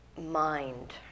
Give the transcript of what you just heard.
mind